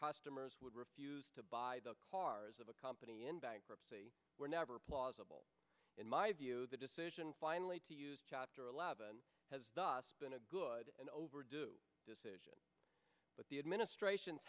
customers would refuse to buy the cars of a company in bankruptcy were never plausible in my view the decision finally to use chapter eleven has been a good and overdue decision but the administration's